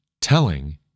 telling